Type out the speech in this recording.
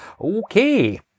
okay